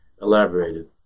elaborated